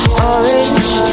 orange